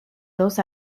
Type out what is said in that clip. dos